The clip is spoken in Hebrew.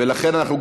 ולכן אנחנו,